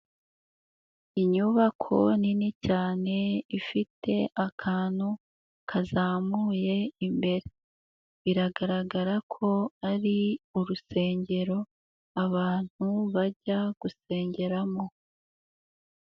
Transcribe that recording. Inyubako nini cyane ifite akantu kazamuye imbere, biragaragara ko ari urusengero abantu bajya gusengeramo.